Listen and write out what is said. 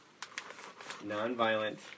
Nonviolent